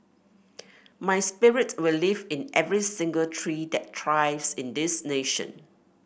my spirit will live in every single tree that thrives in this nation